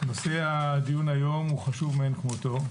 נושא הדיון היום חשוב מאין כמותו.